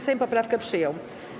Sejm poprawkę przyjął.